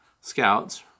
scouts